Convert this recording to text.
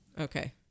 Okay